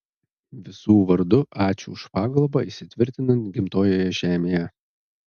visų vardu ačiū už pagalbą įsitvirtinant gimtojoje žemėje